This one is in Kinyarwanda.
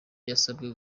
yasabwe